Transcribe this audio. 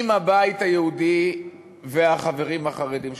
אם הבית היהודי והחברים החרדים שלנו,